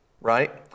Right